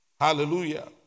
Hallelujah